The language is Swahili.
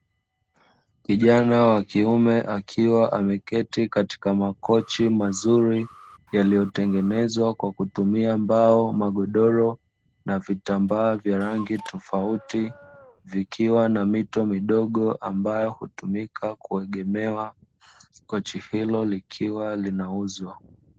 Kijana wa kiume akiwa ameketi katika makochi mazuri, yaliyotengenezwa kwa kutumia mbao, magodoro na vitambaa vya rangi tofauti. Vikiwa na mito midogo ambayo hutumika kuegemewa, kochi hilo likiwa linauzwa.